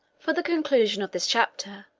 for the conclusion of this chapter,